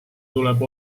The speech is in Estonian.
tuleb